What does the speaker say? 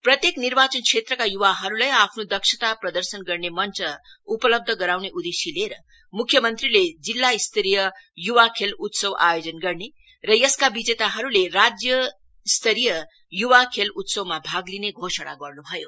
प्रत्येक निर्वाचन क्षेत्रका युवाहरुलाई आफ्नो दक्षता प्रदर्शन गर्ने मञ्च उपलब्ध गराउने उदेश्य लिएर मुख्य मंत्रीले जिल्ला स्तरीय युवा खेल उत्सव आयोजन गर्ने र यसका विजेताहरुले राज्य स्तरीय युवा खेल सत्रमा भाग लिने घोषणा गर्नुभयो